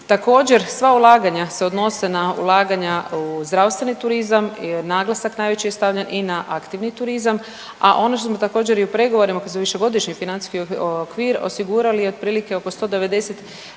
Također, sva ulaganja se odnose na ulaganja u zdravstveni turizam, naglasak najveći je stavljen i na aktivni turizam, a ono što smo također, i u pregovorima kroz Višegodišnji financijski okvir osigurali je otprilike oko 190